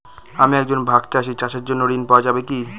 আমি একজন ভাগ চাষি চাষের জন্য ঋণ পাওয়া যাবে কি?